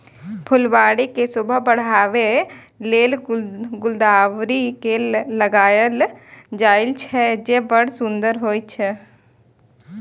फुलबाड़ी के शोभा बढ़ाबै लेल गुलदाउदी के लगायल जाइ छै, जे बड़ सुंदर होइ छै